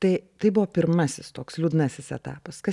tai tai buvo pirmasis toks liūdnasis etapas kas